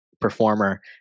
performer